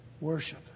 worship